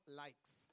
likes